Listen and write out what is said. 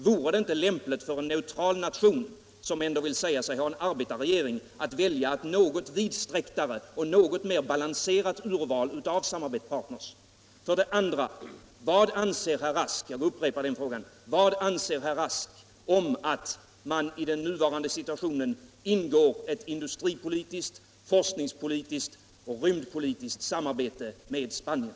Vore det inte lämpligt för en neutral nation, som ändå vill säga sig ha en arbetarregering, att välja ett något vidsträcktare och något mera balanserat urval av samarbetspartners? Och vad anser herr Rask om att Sverige i den nuvarande situationen ingår ett industripolitiskt, forskningspolitiskt och rymdpolitiskt samarbete med Spanien?